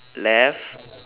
left